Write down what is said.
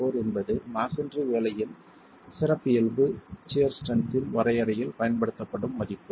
4 என்பது மஸோன்றி வேலையின் சிறப்பியல்பு சியர் ஸ்ட்ரென்த் இன் வரையறையில் பயன்படுத்தப்படும் மதிப்பு